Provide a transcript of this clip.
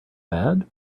bad